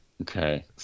Okay